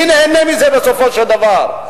מי נהנה מזה בסופו של דבר?